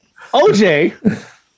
OJ